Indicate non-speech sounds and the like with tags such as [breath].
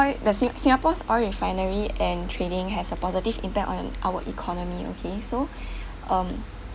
the sing~ singapore's oil refinery and training has a positive impact on our economy okay so [breath] um